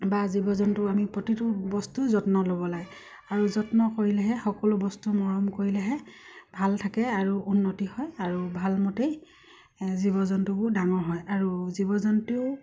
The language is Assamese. বা জীৱ জন্তু আমি প্ৰতিটো বস্তু যত্ন ল'ব লাগে আৰু যত্ন কৰিলেহে সকলো বস্তু মৰম কৰিলেহে ভাল থাকে আৰু উন্নতি হয় আৰু ভাল মতেই জীৱ জন্তুবোৰ ডাঙৰ হয় আৰু জীৱ জন্তু